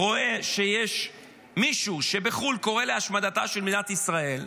רואה שיש מישהו בחו"ל שקורא להשמדתה של מדינת ישראל,